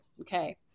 Okay